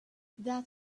that